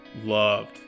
loved